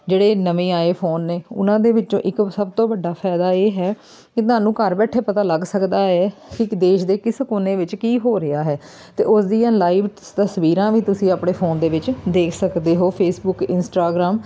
ਜਿਹੜੇ ਨਵੇਂ ਆਏ ਫ਼ੋਨ ਨੇ ਉਹਨਾਂ ਦੇ ਵਿੱਚੋਂ ਇੱਕ ਸਭ ਤੋਂ ਵੱਡਾ ਫਾਇਦਾ ਇਹ ਹੈ ਕਿ ਤੁਹਾਨੂੰ ਘਰ ਬੈਠੇ ਪਤਾ ਲੱਗ ਸਕਦਾ ਹੈ ਕਿ ਇੱਕ ਦੇਸ਼ ਦੇ ਕਿਸ ਕੋਨੇ ਵਿੱਚ ਕੀ ਹੋ ਰਿਹਾ ਹੈ ਅਤੇ ਉਸ ਦੀਆਂ ਲਾਈਵ ਤਸ ਤਸਵੀਰਾਂ ਵੀ ਤੁਸੀਂ ਆਪਣੇ ਫ਼ੋਨ ਦੇ ਵਿੱਚ ਦੇਖ ਸਕਦੇ ਹੋ ਫੇਸਬੁੱਕ ਇੰਸਟਾਗ੍ਰਾਮ